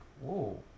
whoa